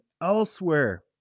elsewhere